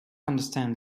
understand